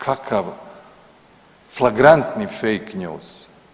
Kakav flagrantni fake news?